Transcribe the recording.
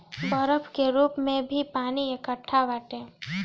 बरफ के रूप में भी पानी एकट्ठा बाटे